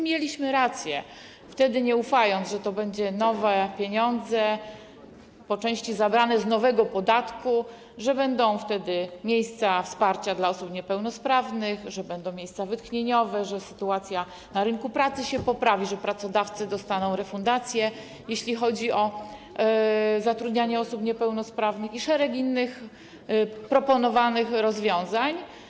Mieliśmy rację, nie ufając wtedy, że to będą nowe pieniądze, po części zabrane z nowego podatku, że będą miejsca wsparcia dla osób niepełnosprawnych, że będą miejsca wytchnieniowe, że sytuacja na rynku pracy się poprawi, że pracodawcy dostaną refundacje, jeśli chodzi o zatrudnianie osób niepełnosprawnych, i że będzie szereg innych proponowanych rozwiązań.